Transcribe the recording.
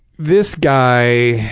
this guy,